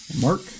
Mark